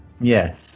Yes